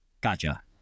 Gotcha